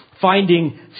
finding